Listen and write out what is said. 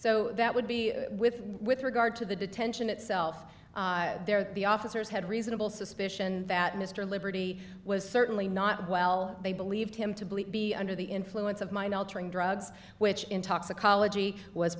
so that would be with with regard to the detention itself there the officers had reasonable suspicion that mr liberty was certainly not well they believed him to believe be under the influence of mind altering drugs which in toxicology was